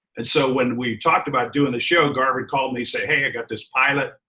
and so when we talked about doing the show, garvin called me, said, hey, i got this pilot,